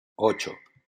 ocho